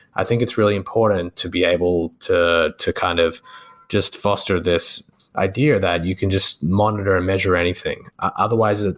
i think it's really important to be able to to kind of just foster this idea that you can just monitor and measure anything. otherwise,